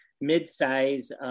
mid-size